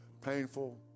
painful